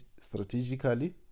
strategically